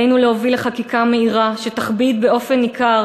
עלינו להוביל לחקיקה מהירה שתכביד באופן ניכר